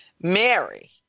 Mary